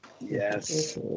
Yes